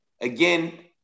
Again